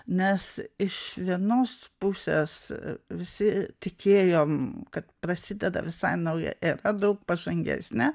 nes iš vienos pusės visi tikėjom kad prasideda visai nauja era daug pažangesnė